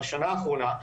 בשנה האחרונה,